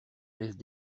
laissent